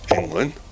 England